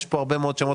יש פה הרבה מאוד שמות,